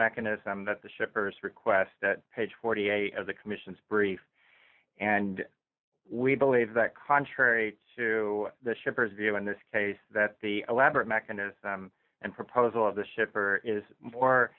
mechanism that the shippers request page forty eight of the commission's brief and we believe that contrary to the shippers view in this case that the elaborate mechanism and proposal of the shipper is more